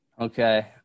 Okay